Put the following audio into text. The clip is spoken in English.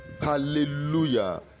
hallelujah